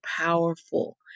powerful